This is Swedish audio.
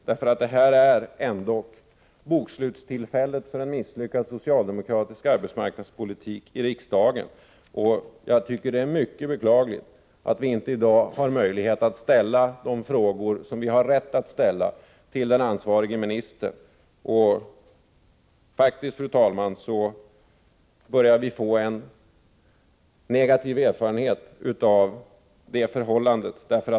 Det här är ändå bokslutstillfället för en misslyckad socialdemokratisk arbetsmarknadspolitik i riksdagen, och jag tycker det är mycket beklagligt att vi i dag inte har möjlighet att ställa de frågor som vi har rätt att ställa till den ansvariga ministern. Vi börjar faktiskt, fru talman, få en negativ erfarenhet av detta förhållande.